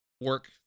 work